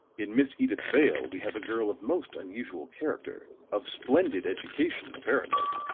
in miss edyth vale, we have a girl of most unusual character, of splendid education, apparently.